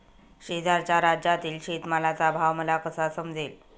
शेजारच्या राज्यातील शेतमालाचा भाव मला कसा समजेल?